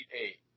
Eight